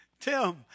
Tim